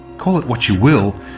call it what you will,